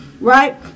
right